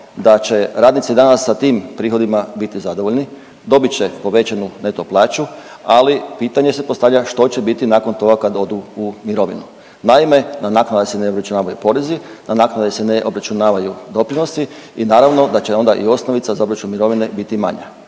da će radnici danas sa tim prihodima biti zadovoljni, dobit će povećanu neto plaću, ali pitanje se postavlja što će biti nakon toga kad odu u mirovinu. Naime na naknade se ne obračunavaju porezi, na naknade se ne obračunavaju doprinosi i naravno da će onda i osnovica za obračun mirovine biti manja